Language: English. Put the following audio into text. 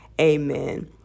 Amen